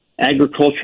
Agriculture